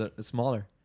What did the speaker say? smaller